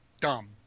dumb